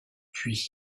puy